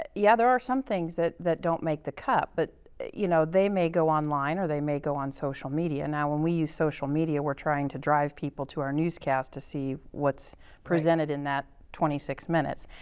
yeah, there are some things that that don't make the cut, but you know, they may go online, or they may go on social media. and now, when we use social media, we're trying to drive people to our news cast to see what's presented in that twenty six minutes.